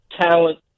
talent